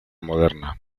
moderna